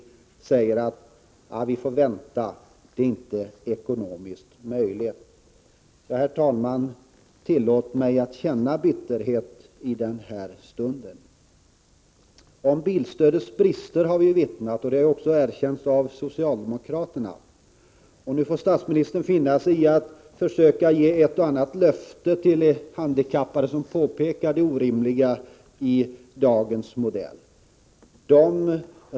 Han säger att vi får vänta och att det inte är ekonomiskt möjligt. Tillåt mig, herr talman, att känna bitterhet i denna stund. Bilstödets nuvarande brister har omvittnats. De är också erkända av socialdemokraterna. Nu får statsministern finna sig i att försöka ge ett och annat löfte till de handikappade, när de påpekar det orimliga i dagens modell.